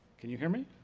can you hear me?